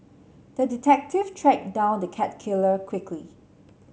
the detective tracked down the cat killer quickly